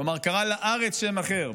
כלומר, קרא לארץ בשם אחר.